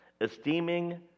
Esteeming